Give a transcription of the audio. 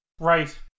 Right